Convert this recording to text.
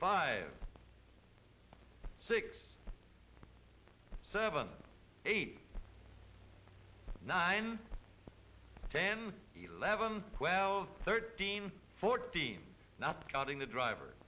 five six seven eight nine ten eleven thirteen fourteen not counting the driver